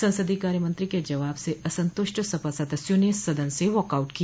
संसदीय कार्यमंत्री के जवाब से असंतुष्ट सपा सदस्यों ने सदन से वॉक आउट किया